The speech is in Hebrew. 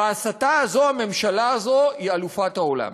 בהסתה הזאת הממשלה הזאת היא אלופת העולם,